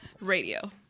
radio